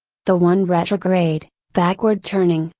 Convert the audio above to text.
the one retrograde, backward turning,